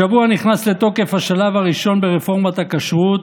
השבוע נכנס לתוקף השלב הראשון ברפורמת הכשרות,